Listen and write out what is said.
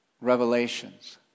Revelations